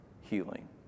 healing